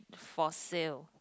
for sale